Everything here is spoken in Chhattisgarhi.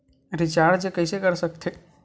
रिचार्ज कइसे कर थे?